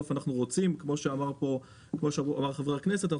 כמו שאמר חבר הכנסת,